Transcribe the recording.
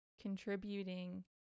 contributing